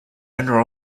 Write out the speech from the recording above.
owner